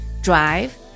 drive